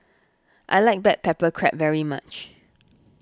I like Black Pepper Crab very much